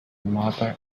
mother